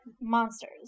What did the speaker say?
monsters